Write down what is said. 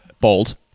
Bold